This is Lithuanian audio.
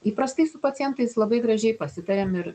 įprastai su pacientais labai gražiai pasitariam ir